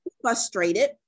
frustrated